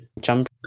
jump